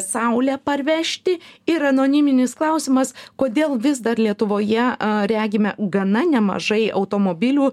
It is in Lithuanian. saulę parvežti ir anoniminis klausimas kodėl vis dar lietuvoje regime gana nemažai automobilių